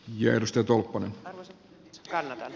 jalostetun on tällä